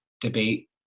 debate